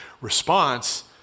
response